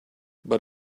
but